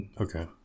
Okay